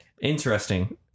interesting